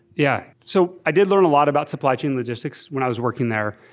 yeah so i did learn a lot about supply chain logistics when i was working there.